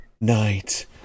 Night